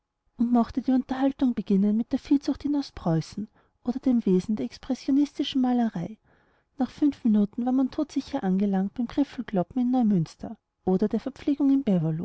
und mochte die unterhaltung beginnen mit der viehzucht in ostpreußen oder dem wesen der expressionistischen malerei nach fünf minuten war man todsicher angelangt beim griffekloppen in neumünster oder der verpflegung in